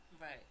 Right